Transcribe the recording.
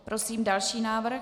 Prosím další návrh.